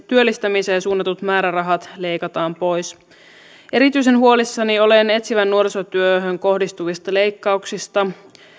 työllistämiseen suunnatut määrärahat leikataan pois erityisen huolissani olen etsivään nuorisotyöhön kohdistuvista leikkauksista